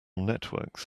networks